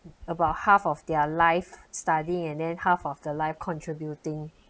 about half of their life studying and then half of their life contributing